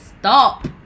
stop